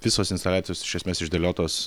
visos instaliacijos iš esmės išdėliotos